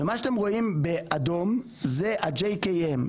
מה שאתם רואים באדום זה ה-JKM.